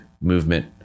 movement